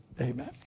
Amen